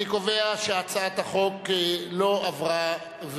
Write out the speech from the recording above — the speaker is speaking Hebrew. אני קובע שהצעת החוק לא עברה,